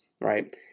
right